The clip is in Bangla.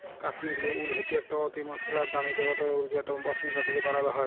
কাশ্মীরলে উল হচ্যে একট অতি মসৃল আর দামি জ্যাতের উল যেট পশমিলা থ্যাকে ব্যালাল হয়